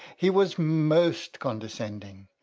he was most condescending.